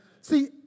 See